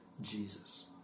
Jesus